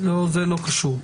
נקודה חשובה.